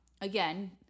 again